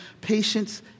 Patience